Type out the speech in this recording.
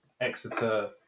Exeter